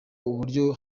uburyo